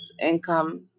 income